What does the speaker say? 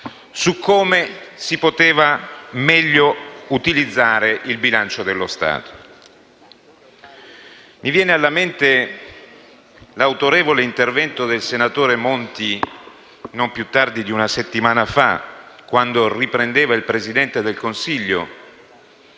su come si poteva meglio utilizzare il bilancio dello Stato. Mi viene alla mente l'autorevole intervento del senatore Monti, non più tardi di una settimana fa, quando riprendeva il Presidente del Consiglio